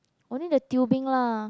only the tubing lah